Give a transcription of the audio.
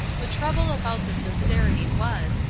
the trouble about the sincerity was,